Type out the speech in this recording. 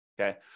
okay